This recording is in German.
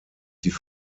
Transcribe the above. die